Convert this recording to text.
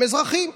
הם אזרחים.